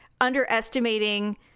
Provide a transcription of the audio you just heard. underestimating